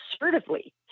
assertively